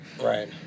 Right